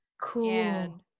cool